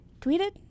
tweeted